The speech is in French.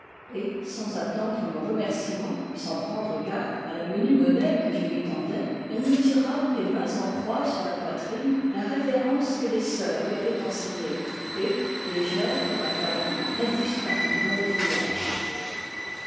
et sans attendre mon remerciement sans prendre garde à la menue monnaie que je lui tendais elle me tira les mains en croix sur la pôitrine la révérence que les soeurs lui avaient enseignée et légère comme un cabri elle disparut dans le feuillage